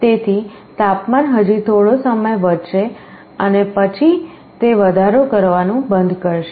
તેથી તાપમાન હજી થોડો સમય વધશે પછી તે વધારો કરવાનું બંધ કરશે